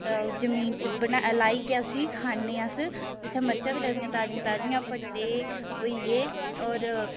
जमीन च बना लाइयै उसी खान्ने अस इत्थै मरचां बी लगदियां ताज़ियां ताजियां पट्ठे होई गे होर